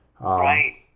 Right